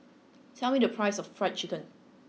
tell me the price of fried chicken